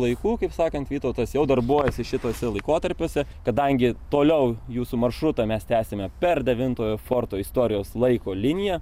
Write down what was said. laikų kaip sakant vytautas jau darbuojasi šituose laikotarpiuose kadangi toliau jūsų maršrutą mes tęsime per devintojo forto istorijos laiko liniją